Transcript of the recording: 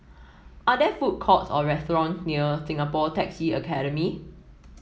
are there food courts or restaurant near Singapore Taxi Academy